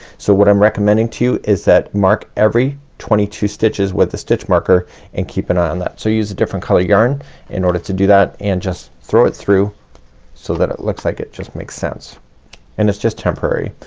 so what i'm recommending to you, is that mark every twenty two stitches with a stitch marker and keep an eye on that. so use a different color yarn in order to do that and just throw it through so that it looks like it just makes sense and it's just temporary.